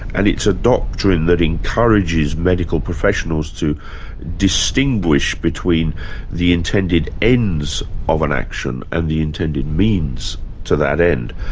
and it's a doctrine that encourages medical professionals to distinguish between the intended ends of an action and the intended means to that end.